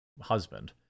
husband